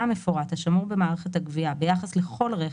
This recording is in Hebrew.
המפורט השמור במערכת הגבייה ביחס לכל רכב,